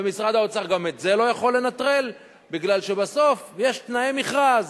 ומשרד האוצר גם את זה לא יכול לנטרל מפני שבסוף יש תנאי מכרז,